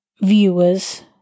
viewers